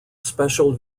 special